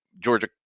georgia